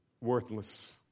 worthless